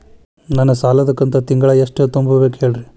ನನ್ನ ಸಾಲದ ಕಂತು ತಿಂಗಳ ಎಷ್ಟ ತುಂಬಬೇಕು ಹೇಳ್ರಿ?